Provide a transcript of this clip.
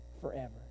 forever